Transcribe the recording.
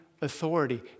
Authority